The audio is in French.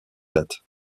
date